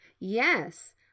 Yes